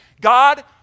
God